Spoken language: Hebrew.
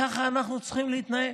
ככה אנחנו צריכים להתנהל,